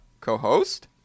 co-host